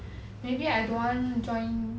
maybe I don't wanna join